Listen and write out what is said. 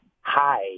Hi